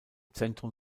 zentrum